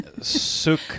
Suk